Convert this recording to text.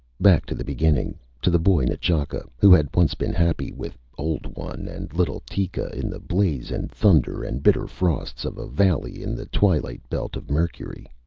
back to the beginning to the boy n'chaka who had once been happy with old one and little tika, in the blaze and thunder and bitter frosts of a valley in the twilight belt of mercury.